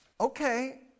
okay